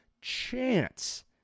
chance